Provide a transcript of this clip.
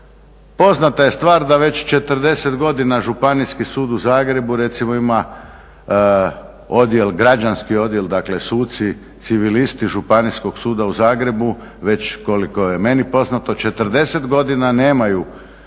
Poznata je stvar da već 40 godina Županijski sud u Zagrebu recimo ima odjel, građanski odjel, dakle suci civilisti Županijskog suda u Zagrebu već koliko je meni poznato 40 godina nemaju